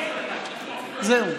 זהו.